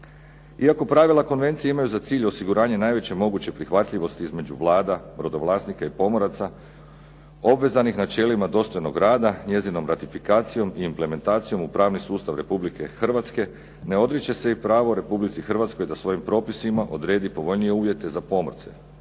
Iako pravila konvencije imaju za cilj osiguranje najveće moguće prihvatljivosti između vlada, brodovlasnika i pomoraca obvezanih načelima dostojnog rada, njezinom ratifikacijom i implementacijom u pravni sustav Republike Hrvatske ne odriče se i pravo Republici Hrvatskoj da svojim propisima odredi povoljnije uvjete za pomorce,